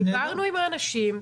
דיברנו עם האנשים,